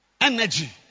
energy